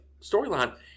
storyline